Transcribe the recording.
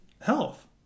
health